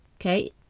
okay